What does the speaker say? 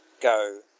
go